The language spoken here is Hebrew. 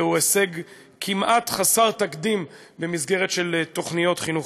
זהו הישג כמעט חסר תקדים למסגרת של תוכניות חינוכיות.